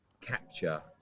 capture